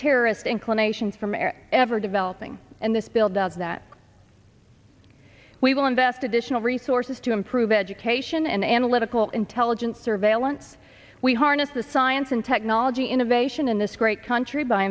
terrorist inclinations from air ever developing and this buildout that we will invest additional resources to improve education and analytical intelligent surveillance we harness the science and technology innovation in this great country by